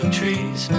trees